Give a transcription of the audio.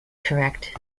correct